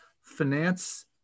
finance